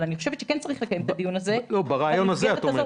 אבל אני חושבת שכן צריך לקיים את הדיון הזה ולשאול את השאלה הזאת.